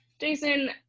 jason